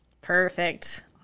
Perfect